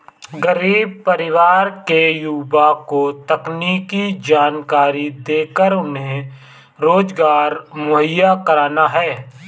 गरीब परिवार के युवा को तकनीकी जानकरी देकर उन्हें रोजगार मुहैया कराना है